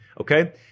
okay